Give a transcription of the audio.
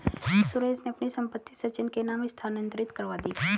सुरेश ने अपनी संपत्ति सचिन के नाम स्थानांतरित करवा दी